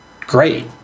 great